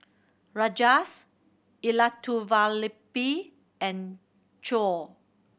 Rajesh Elattuvalapil and Choor